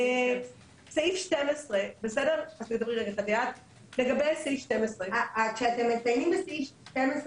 לגבי סעיף 12. כשאתם מציינים בסעיף 12,